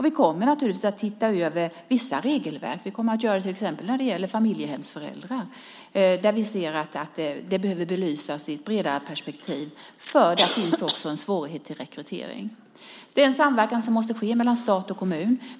Vi kommer naturligtvis att se över vissa regelverk. Vi kommer att göra det till exempel när det gäller familjehemsföräldrar, som vi ser behöver belysas i ett bredare perspektiv, för där finns också en svårighet till rekrytering. Det är en samverkan som måste ske mellan stat och kommun.